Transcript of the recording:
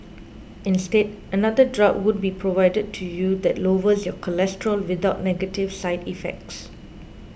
instead another drug would be provided to you that lowers your cholesterol without negative side effects